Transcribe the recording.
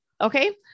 Okay